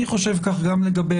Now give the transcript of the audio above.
אני חושב כך גם לגבי